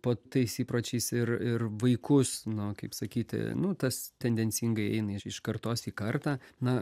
po tais įpročiais ir ir vaikus nu kaip sakyti nu tas tendencingai eina iš kartos į kartą na